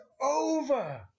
over